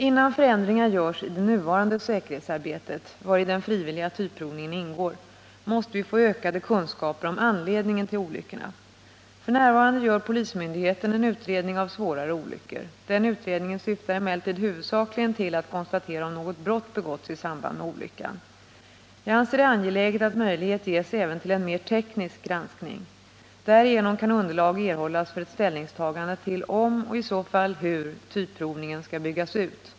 Innan förändringar görs i det nuvarande säkerhetsarbetet, vari den frivilliga typprovningen ingår, måste vi få ökade kunskaper om anledningen till olyckorna. F. n. gör polismyndigheten en utredning av svårare olyckor. Den utredningen syftar emellertid huvudsakligen till att konstatera om något brott begåtts i samband med olyckan. Jag anser det angeläget att möjlighet ges även till en mer teknisk granskning. Därigenom kan underlag erhållas för ett ställningstagande till om och i så fall hur typprovningen skall byggas ut.